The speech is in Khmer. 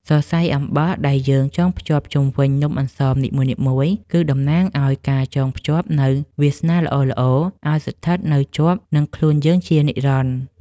សរសៃអំបោះដែលយើងចងខ្ជាប់ជុំវិញនំអន្សមនីមួយៗគឺ តំណាងឱ្យការចងភ្ជាប់នូវវាសនាល្អៗឱ្យស្ថិតនៅជាប់នឹងខ្លួនយើងជានិច្ចនិរន្តរ៍។